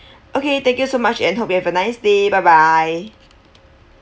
okay thank you so much and hope you have a nice day bye bye